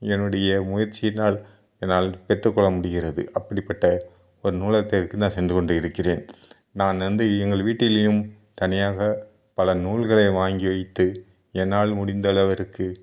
என்னுடைய முயற்சியினால் என்னால் பெற்றுக்கொள்ள முடிகிறது அப்படிப்பட்ட ஒரு நூலகத்திற்கு நான் சென்று கொண்டிருக்கிறேன் நான் வந்து எங்கள் வீட்டிலேயும் தனியாக பல நூல்களை வாங்கி வைத்து என்னால் முடிந்த அளவிற்கு